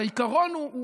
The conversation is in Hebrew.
את העיקרון.